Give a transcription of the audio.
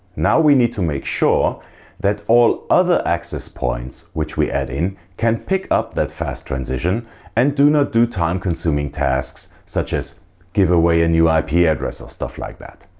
now we need to make sure that all other access points which we add in can pick up that fast transition and do not do time consuming tasks such as give away a new ah ip address or stuff like that.